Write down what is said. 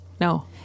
no